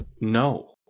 No